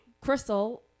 Crystal